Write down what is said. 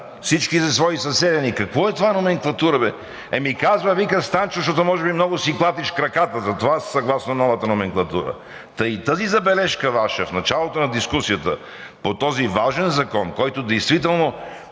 всичките свои съселяни: „Какво е това номенклатура, бе?“ Ами казва, вика Станчо: „Защото много си клатиш краката. Затова съгласно новата номенклатура.“ Та и тази Ваша забележка в началото на дискусията по този важен закон, за който действително